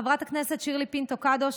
חברת הכנסת שירלי פינטו קדוש,